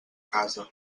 casa